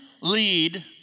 lead